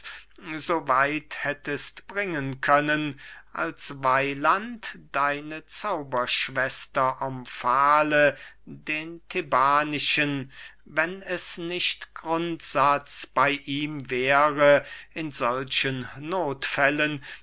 weit hättest bringen können als weiland deine zauberschwester omfale den thebanischen wenn es nicht grundsatz bey ihm wäre in solchen nothfällen